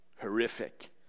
horrific